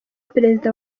perezida